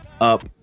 up